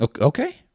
Okay